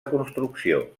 construcció